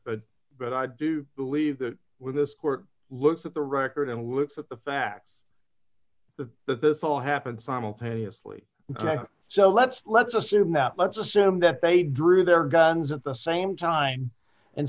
that but i do believe that with this court looks at the record and looks at the facts that this all happened simultaneously so let's let's assume that let's assume that they drew their guns at the same time and